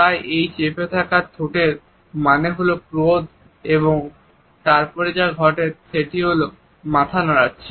তাই এই চেপে থাকা ঠোঁটের মানে হল ক্রোধ এবং তারপর যা ঘটে সেটি হল সে মাথা নাড়াচ্ছে